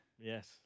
Yes